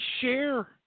share